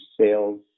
sales